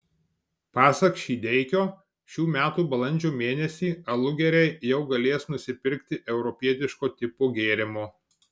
pasak šydeikio šių metų balandžio mėnesį alugeriai jau galės nusipirkti europietiško tipo gėrimo